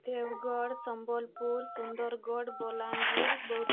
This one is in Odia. ଦେବଗଡ଼ ସମ୍ବଲପୁର ସୁନ୍ଦରଗଡ଼ ବଲାଙ୍ଗୀର ବୌଦ୍ଧ